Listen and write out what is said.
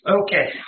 Okay